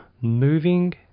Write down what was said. Moving